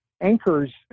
anchors